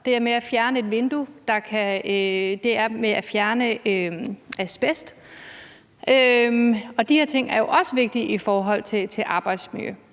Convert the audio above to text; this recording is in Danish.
det er med at fjerne et vindue, det er med at fjerne asbest. De her ting er jo også vigtige i forhold til arbejdsmiljø.